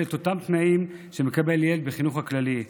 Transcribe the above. את אותם תנאים שמקבל ילד בחינוך הכללי.